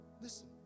Listen